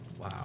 Wow